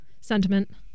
sentiment